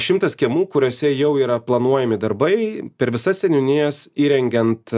šimtas kiemų kuriuose jau yra planuojami darbai per visas seniūnijas įrengiant